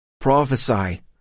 prophesy